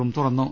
room തുറന്നു